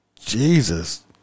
Jesus